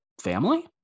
family